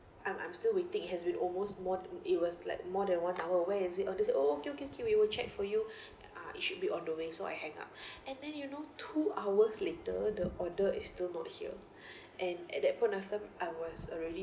I'm I'm still waiting it has been almost more than it was like more than one hour where is it oh they said oh okay okay okay we will check for you ah it should be on the way so I hang up and then you know two hours later the order is still not here and at that point of time I was already